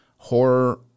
Horror